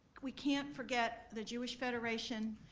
we can't forget the jewish federation,